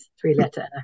three-letter